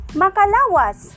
makalawas